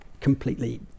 completely